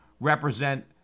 represent